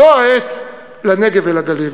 זו העת לנגב ולגליל.